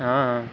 ہاں